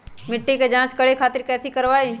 मिट्टी के जाँच करे खातिर कैथी करवाई?